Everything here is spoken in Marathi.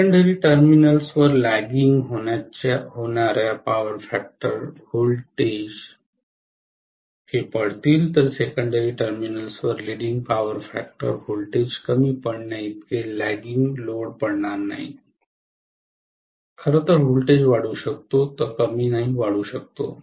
सेकंडरी टर्मिनल्स वर लॅगिंग होणार्या पॉवर फॅक्टर व्होल्टेज पडतील तर सेकंडरी टर्मिनल्स वर लिडिंग पॉवर फॅक्टर व्होल्टेज कमी पडण्याइतके लॅगिंग लोड पडणार नाही खरं तर व्होल्टेज वाढू शकतो तो कमी नाही वाढू शकतो